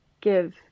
give